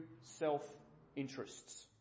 self-interests